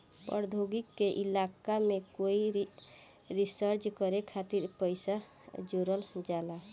प्रौद्योगिकी के इलाका में कोई रिसर्च करे खातिर पइसा जोरल जाला